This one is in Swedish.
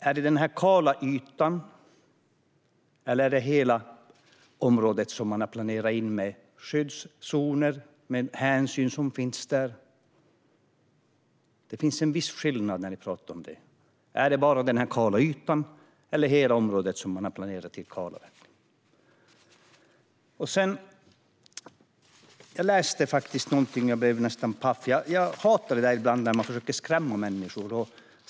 Är det den kala ytan, eller är det hela området, där man har planerat in skyddszoner med olika hänsyn som ska tas? Det är en viss skillnad där. Jag läste något som gjorde mig nästan paff. Jag hatar när man försöker skrämma människor.